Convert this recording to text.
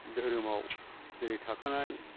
दोहोरोमाव जेरै थाखानाय